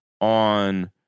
on